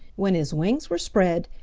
when his wings were spread,